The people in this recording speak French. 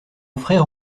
frère